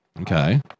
Okay